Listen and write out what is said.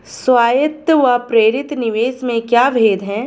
स्वायत्त व प्रेरित निवेश में क्या भेद है?